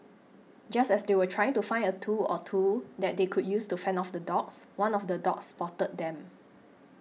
just as they were trying to find a tool or two that they could use to fend off the dogs one of the dogs spotted them